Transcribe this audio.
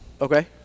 Okay